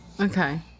Okay